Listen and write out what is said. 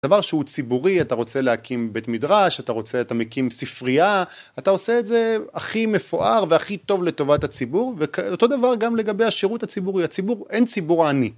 דבר שהוא ציבורי אתה רוצה להקים בית מדרש אתה רוצה אתה מקים ספרייה אתה עושה את זה הכי מפואר והכי טוב לטובת הציבור ואותו דבר גם לגבי השירות הציבורי הציבור אין ציבור עני